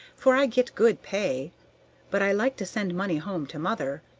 for i get good pay but i like to send money home to mother.